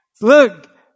Look